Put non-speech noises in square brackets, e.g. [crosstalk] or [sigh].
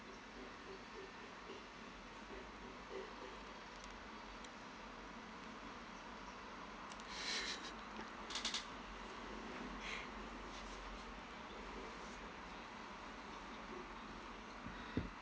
[laughs]